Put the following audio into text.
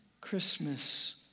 Christmas